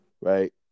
right